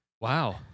Wow